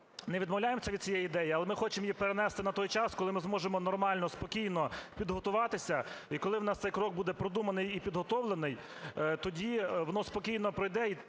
не відмовляємося від цієї ідеї, але ми хочемо її перенести на той час, коли ми зможемо нормально, спокійно підготуватися і коли в нас цей крок буде продуманий і підготовлений. Тоді воно спокійно пройде,